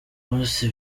bose